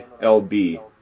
LB